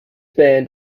band